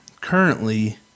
currently